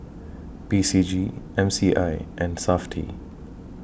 P C G M C I and Safti